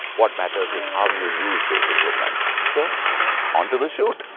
what matters is how you use those equipments. so onto the shoot.